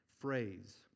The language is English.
Phrase